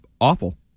awful